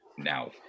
now